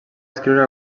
escriure